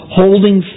holding